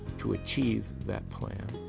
to achieve that plan.